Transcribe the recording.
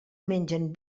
mengen